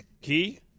Key